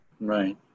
Right